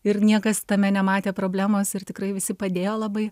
ir niekas tame nematė problemos ir tikrai visi padėjo labai